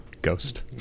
ghost